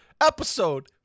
episode